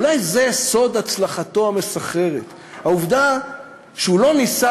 אולי זה סוד הצלחתו המסחררת העובדה שהוא לא ניסה